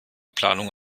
planung